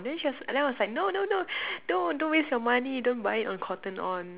then she was like then I was like no no no don't waste your money don't buy it on cotton-on